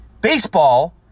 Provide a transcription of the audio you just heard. Baseball